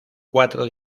cuatro